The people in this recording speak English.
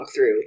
walkthrough